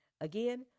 Again